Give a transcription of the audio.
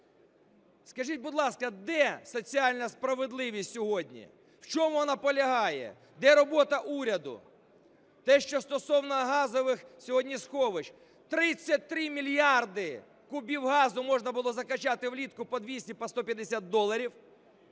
Скажіть, будь ласка, де соціальна справедливість сьогодні? У чому вона полягає? Де робота уряду? Те, що стосовно газових сьогодні сховищ. 33 мільярди кубів газу можна було закачати влітку по 200, по 150 доларів